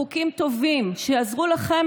חוקים טובים שיעזרו לכם,